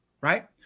Right